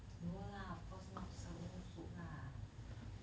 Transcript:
no lah of course not so no soap lah